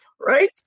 right